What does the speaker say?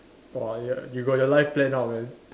!whoa! ya you got your life planned out man